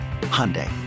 Hyundai